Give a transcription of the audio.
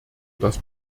das